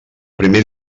primer